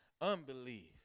unbelief